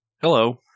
Hello